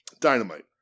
Dynamite